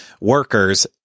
workers